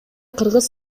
кыргыз